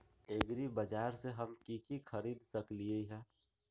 एग्रीबाजार से हम की की खरीद सकलियै ह?